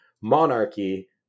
monarchy